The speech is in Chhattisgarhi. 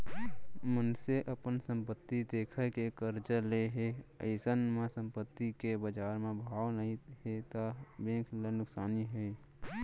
मनसे अपन संपत्ति देखा के करजा ले हे अइसन म संपत्ति के बजार म भाव नइ हे त बेंक ल नुकसानी हे